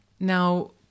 Now